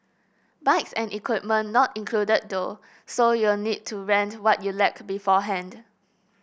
bikes and equipment not included though so you'll need to rent what you lack beforehand